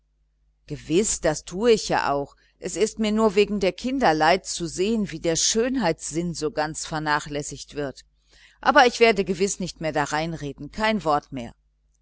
gewiß das tue ich ja auch es ist mir nur wegen der kinder leid zu sehen wie der schönheitssinn so ganz vernachlässigt wird aber ich werde gewiß nicht mehr darein reden kein wort mehr